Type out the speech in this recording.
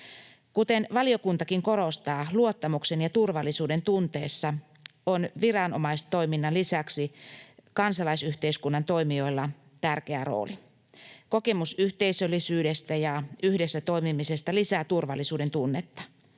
Kuten valiokuntakin korostaa, luottamuksen- ja turvallisuudentunteessa on viranomaistoiminnan lisäksi kansalaisyhteiskunnan toimijoilla tärkeä rooli. Kokemus yhteisöllisyydestä ja yhdessä toimimisesta lisää turvallisuudentunnetta.